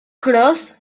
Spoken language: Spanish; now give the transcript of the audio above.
cross